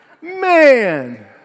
Man